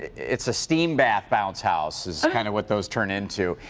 it's a steam bath bounce house is so kind of what those turn into.